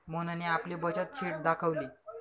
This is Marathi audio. मोहनने आपली बचत शीट दाखवली